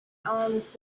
alms